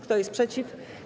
Kto jest przeciw?